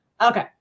Okay